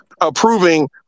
approving